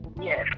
Yes